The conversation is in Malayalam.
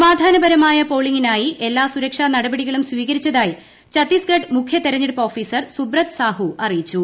സമാധാനപരമായ പോളിംഗിനായി എല്ലാ സുരക്ഷാ നടപടികളുംസ്വീകരിച്ചതായി ഛത്തീസ്ഗഡ് മുഖ്യതെരഞ്ഞെടുപ്പ് ഓഫീസർ സുബ്രത് സാഹു അറിയിച്ചു